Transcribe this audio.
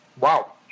wow